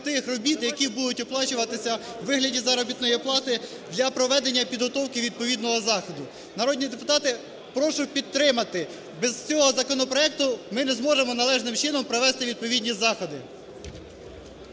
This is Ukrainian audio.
тих робіт, які будуть оплачуватися у вигляді заробітної плати для проведення і підготовки відповідного заходу. Народні депутати, прошу підтримати, без цього законопроекту ми не зможемо належним чином провести відповідні заходи.